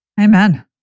Amen